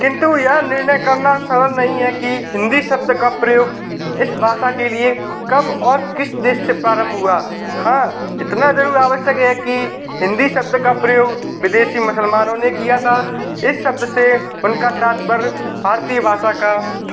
किंतु यह निर्णय करना सरल नहीं है कि हिंदी शब्द का प्रयोग इस भाषा के लिए कब और किस देश से प्रारंभ हुआ हाँ इतना ज़रूर आवश्यक है कि हिंदी शब्द का प्रयोग विदेशी मुसलमानों ने किया था इस शब्द से उनका तात्पर्य भारतीय भाषा का था